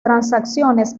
transacciones